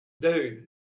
Dude